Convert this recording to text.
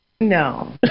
No